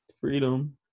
Freedom